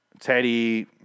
Teddy